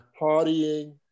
partying